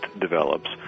develops